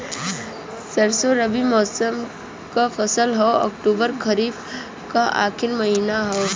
सरसो रबी मौसम क फसल हव अक्टूबर खरीफ क आखिर महीना हव